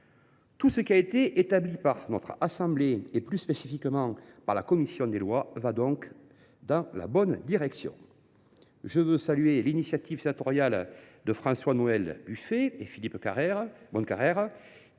Tout ce qui a été établi par notre assemblée, et plus spécifiquement par la commission des lois, va donc dans la bonne direction. Je veux saluer l’initiative sénatoriale de François Noël Buffet et Philippe Bonnecarrère,